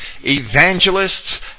evangelists